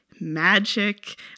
magic